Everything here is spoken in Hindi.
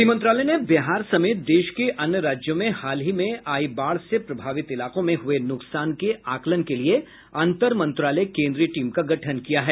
गृह मंत्रालय ने बिहार समेत देश के अन्य राज्यों में हाल ही में आई बाढ़ से प्रभावित इलाकों में हुये नुकसान के आकलन के लिए अंतर मंत्रालय केन्द्रीय टीम का गठन किया है